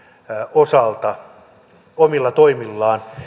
osalta omilla toimillaan